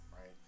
right